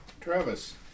Travis